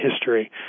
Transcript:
history